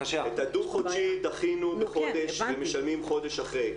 הדו-חודשי דחינו בחודש, והם משלמים חודש אחרי.